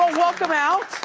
welcome out.